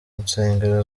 nsengero